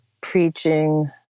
preaching